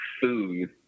food